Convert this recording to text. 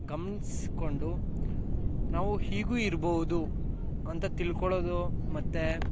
ಗಮನಿಸ್ಕೊಂಡು ನಾವು ಹೀಗೂ ಇರ್ಬೋದು ಅಂತ ತಿಳ್ಕೊಳೋದು ಮತ್ತು